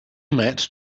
met